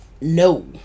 no